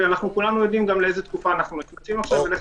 כאשר כולנו יודעים לאיזו תקופה אנחנו נכנסים עכשיו.